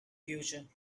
future